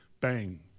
bang